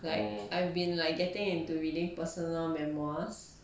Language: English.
like I've been like getting into reading personal memoirs